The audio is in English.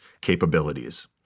capabilities